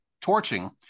torching